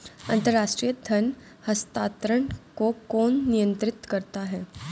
अंतर्राष्ट्रीय धन हस्तांतरण को कौन नियंत्रित करता है?